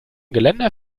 geländer